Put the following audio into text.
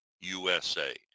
USA